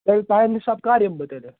تیٚلہِ چانہِ حِسابہٕ کَر یِمہٕ بہٕ تیٚلہِ